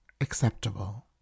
acceptable